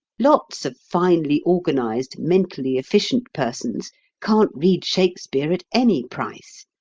lots of finely-organized, mentally-efficient persons can't read shakespeare at any price,